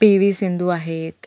PV Sindhu आहेत